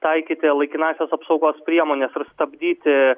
taikyti laikinąsias apsaugos priemones ir stabdyti